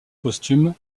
posthume